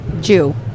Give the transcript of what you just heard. Jew